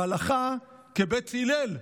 והלכה כבית הלל",